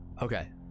okay